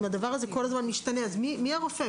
אם הדבר הזה כל הזמן משתנה מי הרופא?